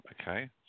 okay